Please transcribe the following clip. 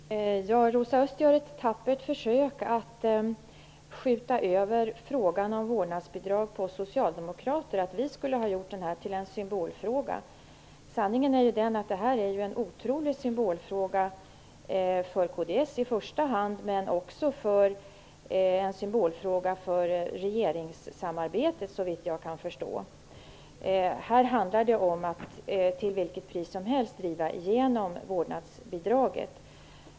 Herr talman! Rosa Östh gör ett tappert försök att skjuta över frågan om vårdnadsbidrag på oss socialdemokrater. Vi skulle ha gjort den till en symbolfråga. Sanningen är att detta är en otrolig symbolfråga för i första hand kds, men också för regeringssamarbetet, såvitt jag kan förstå. Här handlar det om att till vilket pris som helst driva igenom vårdnadsbidraget.